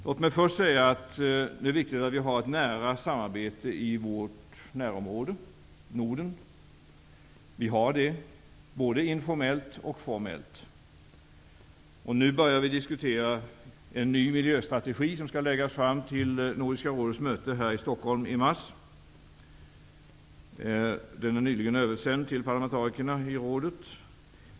Låt mig först säga att det är viktigt att vi har ett nära samarbete i vårt närområde Norden, och det har vi både informellt och formellt. Nu börjar vi diskutera en ny miljöstrategi som skall läggas fram till Nordiska rådets möte här i Stockholm i mars. Den är nyligen översänd till parlamentarikerna i rådet.